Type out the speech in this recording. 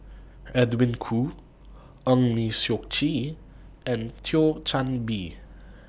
Edwin Koo Eng Lee Seok Chee and Thio Chan Bee